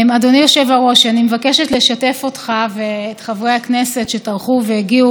במחשבות שעברו בראשי בשעה שקיבלתי את ההודעה מהמזכירות